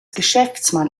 geschäftsmann